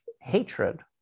hatred